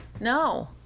No